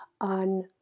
on